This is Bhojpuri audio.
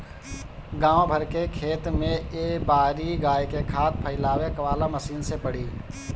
गाँव भर के खेत में ए बारी गाय के खाद फइलावे वाला मशीन से पड़ी